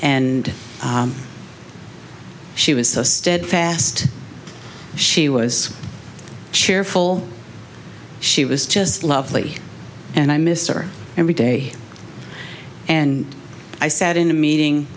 and she was so steadfast she was cheerful she was just lovely and i mr every day and i sat in a meeting